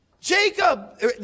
Jacob